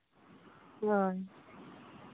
ᱦᱳᱭ